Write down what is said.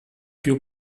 più